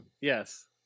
Yes